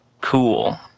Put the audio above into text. cool